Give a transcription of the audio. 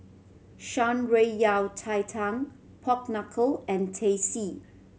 Shan Rui Yao Cai Tang pork knuckle and Teh C